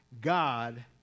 God